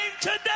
today